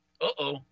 uh-oh